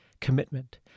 commitment